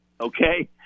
Okay